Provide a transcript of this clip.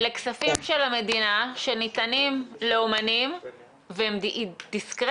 אלה כספים של המדינה שניתנים לאומנים והם דיסקרטיים?